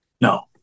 No